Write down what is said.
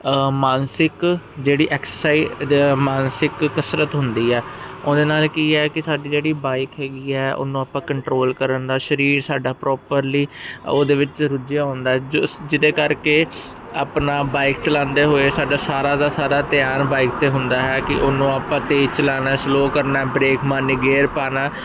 ਮਾਨਸਿਕ ਜਿਹੜੀ ਐਕਸਰਸਾਈਜ ਮਾਨਸਿਕ ਕਸਰਤ ਹੁੰਦੀ ਆ ਉਹਦੇ ਨਾਲ ਕੀ ਹੈ ਕਿ ਸਾਡੀ ਜਿਹੜੀ ਬਾਈਕ ਹੈਗੀ ਹੈ ਉਹਨੂੰ ਆਪਾਂ ਕੰਟਰੋਲ ਕਰਨ ਨਾਲ ਸਰੀਰ ਸਾਡਾ ਪ੍ਰੋਪਰਲੀ ਉਹਦੇ ਵਿੱਚ ਰੁੱਝਿਆ ਹੁੰਦਾ ਹੈ ਜਿਹਦੇ ਕਰਕੇ ਆਪਣਾ ਬਾਈਕ ਚਲਾਉਂਦੇ ਹੋਏ ਸਾਡਾ ਸਾਰਾ ਦਾ ਸਾਰਾ ਧਿਆਨ ਬਾਈਕ 'ਤੇ ਹੁੰਦਾ ਹੈ ਕਿ ਉਹਨੂੰ ਆਪਾਂ ਤੇਜ ਚਲਾਉਣਾ ਸਲੋਅ ਕਰਨਾ ਬ੍ਰੇਕ ਮਾਰਨੀ ਗੇਅਰ ਪਾਉਣਾ